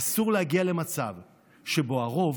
אסור להגיע למצב שבו הרוב